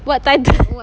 what title